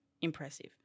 impressive